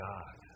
God